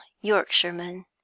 yorkshireman